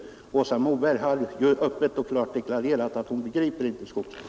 Åsa Moberg har ju öppet och klart deklarerat att hon inte begriper skogsbruk.